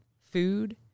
food